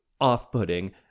off-putting